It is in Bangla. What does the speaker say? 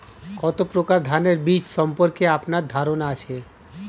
কত প্রকার ধানের বীজ সম্পর্কে আপনার ধারণা আছে?